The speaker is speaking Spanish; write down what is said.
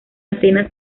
atenas